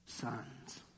sons